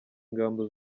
ingamba